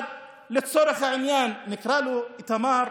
אחד, לצורך העניין, נקרא לו איתמר.